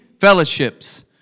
fellowships